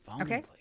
okay